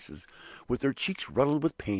with their cheeks ruddled with paint,